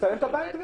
מצלם את הבית.